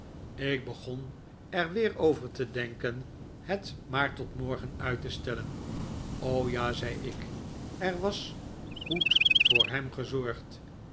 ik begon er weer over te denken het maar tot morgeri uit te stellen r o ja zei ik er was goed voor hem gezorgd